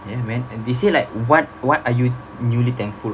ya man and they say like what what are you newly thankful